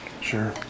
sure